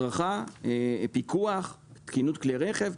הדרכה, פיקוח, תקינות כלי רכב.